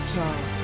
time